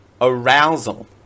arousal